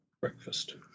breakfast